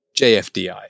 jfdi